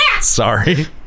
Sorry